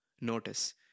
Notice